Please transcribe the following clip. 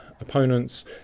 opponents